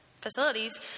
facilities